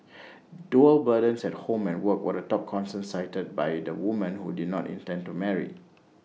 dual burdens at home and work were the top concern cited by the women who did not intend to marry